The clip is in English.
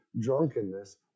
drunkenness